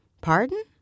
Pardon